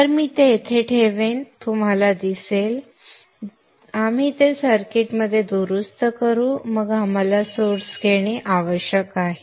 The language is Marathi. तर मी ते इथे ठेवेन तुम्हाला दिसेल आपण ते सर्किटमध्ये दुरुस्त करू मग आपण सोर्स घेणे आवश्यक आहे